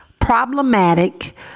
problematic